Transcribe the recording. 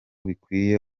bikwiye